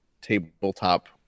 tabletop